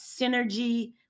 Synergy